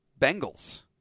Bengals